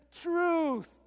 truth